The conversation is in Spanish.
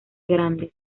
grandes